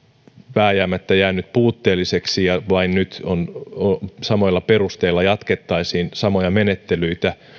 vääjäämättä jäänyt puutteelliseksi ja että nyt vain samoilla perusteilla jatkettaisiin samoja menettelyitä